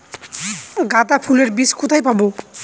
গাঁদা ফুলের বীজ কোথায় পাবো?